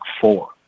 Four